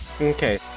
Okay